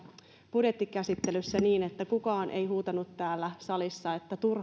budjettikäsittelyssä niin että kukaan ei huutanut täällä salissa että